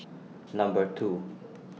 Number two